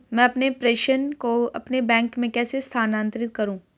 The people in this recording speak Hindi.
मैं अपने प्रेषण को अपने बैंक में कैसे स्थानांतरित करूँ?